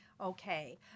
Okay